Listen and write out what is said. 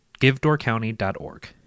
givedoorcounty.org